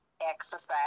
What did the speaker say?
exercise